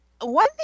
one